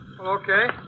Okay